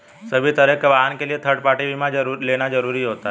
सभी तरह के वाहन के लिए थर्ड पार्टी बीमा लेना जरुरी होता है